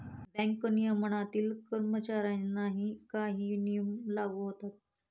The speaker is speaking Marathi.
बँक नियमनातील कर्मचाऱ्यांनाही काही नियम लागू होतात